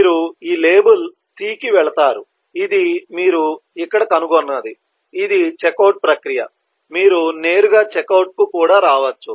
మీరు ఈ label C కి వెళతారు ఇది మీరు ఇక్కడ కనుగొన్నది ఇది చెక్ అవుట్ ప్రక్రియ మీరు నేరుగా చెక్అవుట్కు కూడా రావచ్చు